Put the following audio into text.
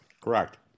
Correct